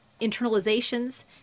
internalizations